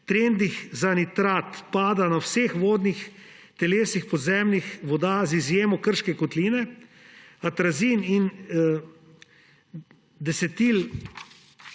Trendi za nitrat padajo na vseh vodnih telesih podzemnih voda, z izjemno Krške kotline, atrazin in